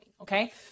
okay